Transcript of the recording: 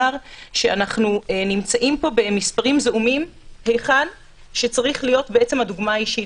שאנחנו נמצאים פה במספרים זעומים היכן שצריכה להיות דוגמה אישית.